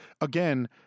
again